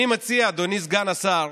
אני מציע, אדוני סגן השר,